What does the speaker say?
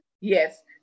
Yes